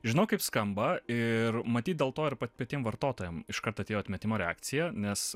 žinau kaip skamba ir matyt dėl to ir pa patiem vartotojam iškart atėjo atmetimo reakcija nes